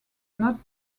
not